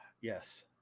yes